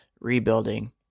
rebuilding